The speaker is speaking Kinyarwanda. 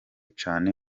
cane